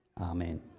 Amen